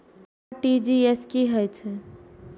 RTGS की होय छै